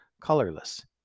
colorless